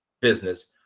business